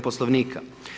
Poslovnika.